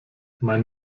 mein